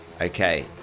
Okay